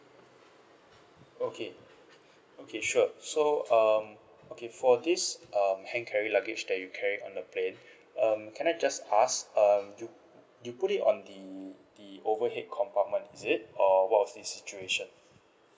okay okay sure so um okay for this um hand carry luggage that you carry on the plane um can I just ask um you you put it on the the overhead compartment is it or what was this situation